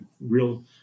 real